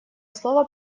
слово